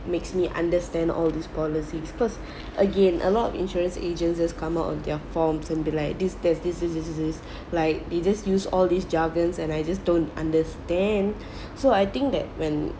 makes me understand all this policies first again a lot of insurance agent just come out on their forms and be like this best this this this this this like they just use all these jargons and I just don't understand so I think that when